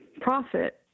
profit